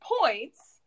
points